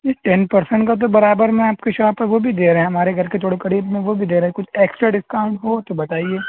جی ten percent کا تو برابر میں آپ کی شاپ ہے وہ بھی دے رہے ہیں ہمارے گھر کے تھوڑے قریب میں وہ بھی دے رہے ہیں کچھ ایکسٹرا ڈسکاؤنٹ ہو تو بتائیے